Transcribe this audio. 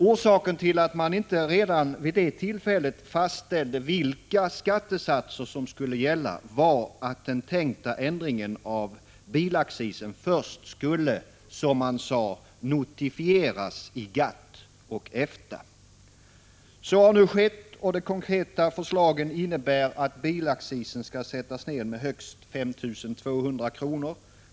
Orsaken till att man inte redan vid detta tillfälle fastställde vilka skattesatser som skulle gälla var att den tänkta ändringen av bilaccisen först skulle, som man sade, notificeras i GATT och EFTA. Så har nu skett, och de konkreta förslagen innebär att bilaccisen skall sättas ned med högst 5 200 kr.